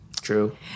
True